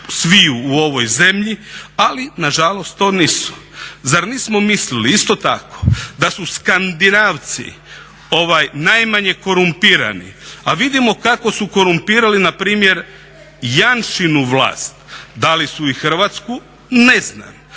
sviju u ovoj zemlji ali nažalost to nisu. Zar nismo mislili isto tako da su Skandinavci najmanje korumpirani, a vidimo kako su korumpirali npr. Janšinu vlast. Da li su i hrvatsku ne znam.